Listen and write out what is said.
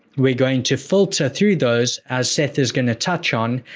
we're going to filter through those as seth is going to touch on,